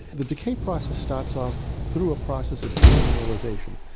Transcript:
the decay process starts off through a process of demineralisation.